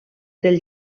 del